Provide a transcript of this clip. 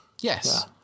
Yes